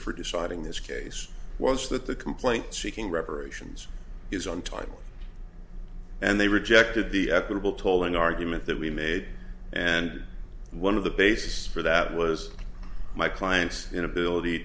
for deciding this case was that the complaint seeking reparations is on time and they rejected the equitable tolling argument that we made and one of the basis for that was my client's inability